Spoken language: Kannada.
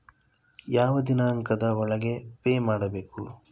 ಯಾವ ದಿನಾಂಕದ ಒಳಗೆ ಪೇ ಮಾಡಬೇಕು?